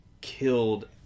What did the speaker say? killed